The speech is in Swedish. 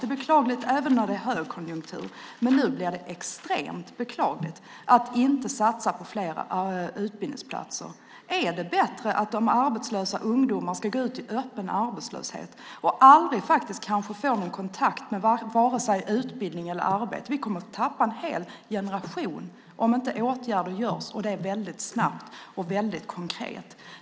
Det är beklagligt även när det är högkonjunktur, men nu blir det extremt beklagligt att inte satsa på fler utbildningsplatser. Är det bättre att de arbetslösa ungdomarna ska gå ut i öppen arbetslöshet och kanske aldrig få kontakt med vare sig utbildning eller arbete? Vi kommer att förlora en hel generation om inte åtgärder vidtas, och det snabbt och konkret.